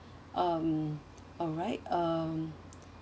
um alright um